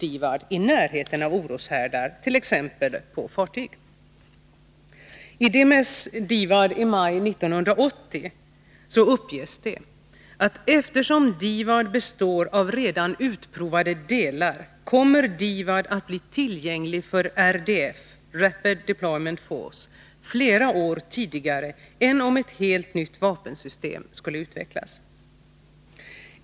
DIVAD, i närheten av oroshärdar, t.ex. på fartyg. DMS DIVAD i maj 1980 uppger att eftersom det består av redan utprovade delar kommer DIVAD att bli tillgängligt för Rapid Deployment Force flera år tidigare än om ett helt nytt vapensystem skulle utvecklas.